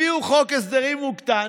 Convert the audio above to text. הביאו חוק הסדרים מוקטן,